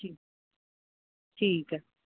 ठीकु ठीकु आहे